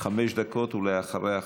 חמש דקות, ואחריה,